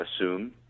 assume